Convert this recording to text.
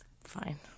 fine